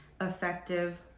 effective